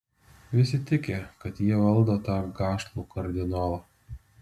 visi tiki kad jie valdo tą gašlų kardinolą